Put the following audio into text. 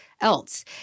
else